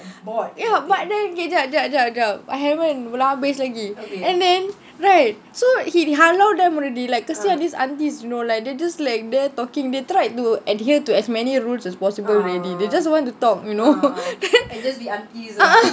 ya but then jap jap jap jap I haven't belum habis lagi and then right so he halau them already like kesian this aunties you know they just like there talking they tried to adhere to as many rules as possible already they just want to talk you know then uh uh